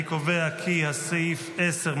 אני קובע כי סעיף 10,